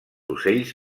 ocells